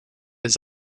his